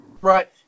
Right